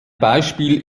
beispiel